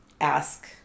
ask